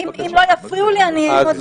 אם לא יפריעו לי אני אעמוד גם בזמן.